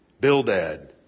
Bildad